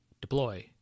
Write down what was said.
deploy